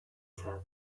said